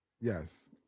Yes